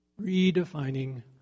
Redefining